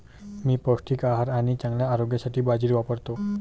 मी पौष्टिक आहार आणि चांगल्या आरोग्यासाठी बाजरी वापरतो